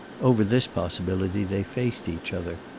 over this possibility they faced each other,